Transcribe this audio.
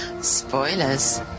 Spoilers